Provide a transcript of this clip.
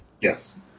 Yes